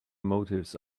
motives